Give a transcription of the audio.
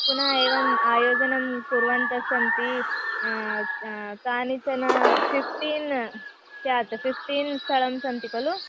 पुनः एवम् आयोजनं कुर्वन्तः सन्ति कानिचन फ़िफ़्टीन् स्यात् फ़िफ़्टीन् स्थलानि सन्ति खलु